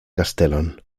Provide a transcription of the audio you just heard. kastelon